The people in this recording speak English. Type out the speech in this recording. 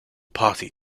party